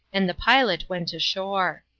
and the pilot went ashore.